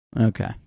Okay